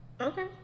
Okay